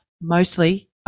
mostly